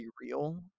real